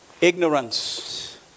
ignorance